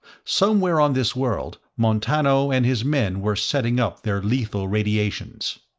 somewhere on this world, montano and his men were setting up their lethal radiations.